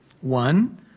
One